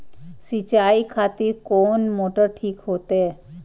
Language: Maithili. सीचाई खातिर कोन मोटर ठीक होते?